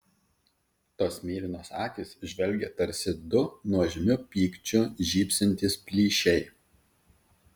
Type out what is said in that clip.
tos mėlynos akys žvelgė tarsi du nuožmiu pykčiu žybsintys plyšiai